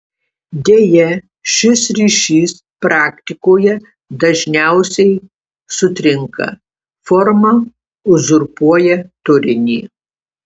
deja šis ryšys praktikoje dažniausiai sutrinka forma uzurpuoja turinį